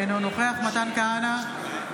אינו נוכח מתן כהנא,